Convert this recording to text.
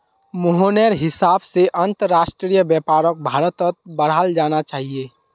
मोहनेर हिसाब से अंतरराष्ट्रीय व्यापारक भारत्त बढ़ाल जाना चाहिए